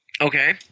Okay